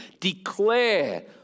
declare